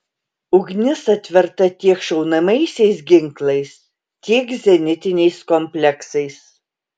ugnis atverta tiek šaunamaisiais ginklais tiek zenitiniais kompleksais